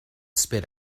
spit